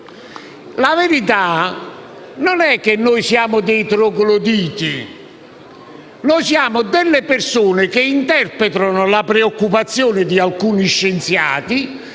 La verità non è che noi siamo dei trogloditi; siamo persone che interpretano la preoccupazione di alcuni scienziati,